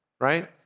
right